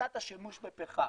הפחתת השימוש בפחם.